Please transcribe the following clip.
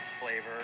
flavor